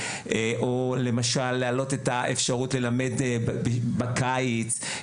או את האפשרות ללמד בקיץ.